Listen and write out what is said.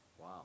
Wow